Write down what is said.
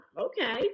okay